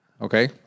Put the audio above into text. Okay